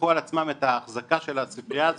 את האחזקה של הספרייה הזאת,